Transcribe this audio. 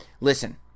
Listen